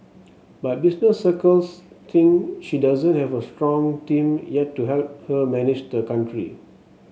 but business circles think she doesn't have a strong team yet to help her manage the country